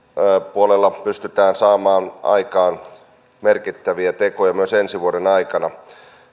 puolella pystytään saamaan aikaan merkittäviä tekoja myös ensi vuoden aikana